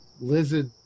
lizard